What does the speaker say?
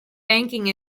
banking